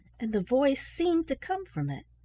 and the voice seemed to come from it.